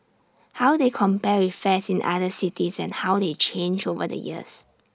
how they compare with fares in other cities and how they change over the years